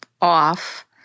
off